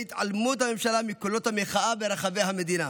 התעלמות הממשלה מקולות המחאה ברחבי המדינה.